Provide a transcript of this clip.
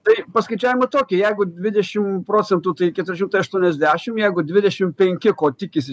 tai paskaičiavimai toki jeigu dvidešim procentų tai keturi šimtai aštuoniasdešim jeigu dvidešim penki ko tikisi